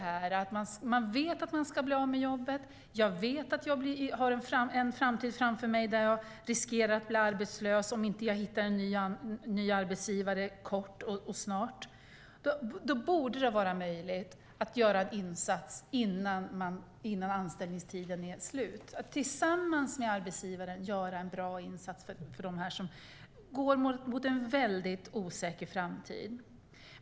När man vet att många ska bli av med sitt jobb och när man vet att många har en framtid framför sig där de riskerar att bli arbetslösa om de inte hittar en ny arbetsgivare snart borde det vara möjligt att göra en insats innan anställningstiden är slut, tillsammans med arbetsgivaren göra en bra insats för dem som går mot en väldigt osäker framtid.